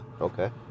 okay